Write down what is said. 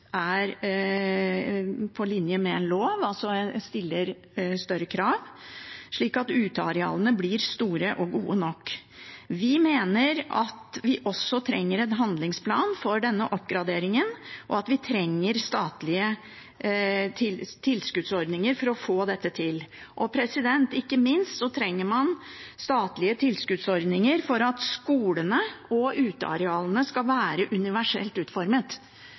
er på linje med en lov, altså stiller større krav – slik at utearealene blir store og gode nok. Vi mener at vi også trenger en handlingsplan for denne oppgraderingen, og at vi trenger statlige tilskuddsordninger for å få dette til. Og ikke minst trenger man statlige tilskuddsordninger for at skolene og utearealene skal være universelt utformet.